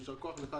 יישר כוח לך,